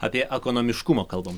apie ekonomiškumą kalbam